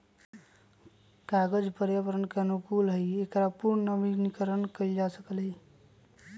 कागज पर्यावरण के अनुकूल हई और एकरा पुनर्नवीनीकरण कइल जा सका हई